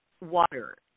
water